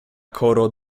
koro